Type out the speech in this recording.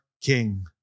king